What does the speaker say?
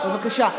בבקשה.